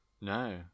No